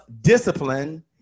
discipline